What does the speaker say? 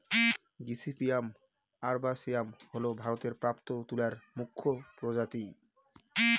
gossypium arboreum হল ভারতে প্রাপ্ত তুলার মুখ্য প্রজাতি